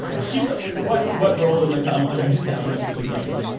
she's a what what role in the kamala harris' cabinet would you like?